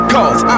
Cause